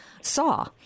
Saw